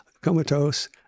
comatose